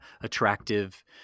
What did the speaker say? attractive